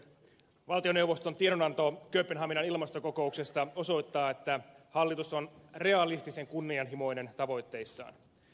valtioneuvoston tiedonanto kööpenhaminan ilmastokokouksesta osoittaa että hallitus on realistisen kunnianhimoinen tavoitteissaan